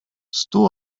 stu